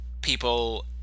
people